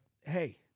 hey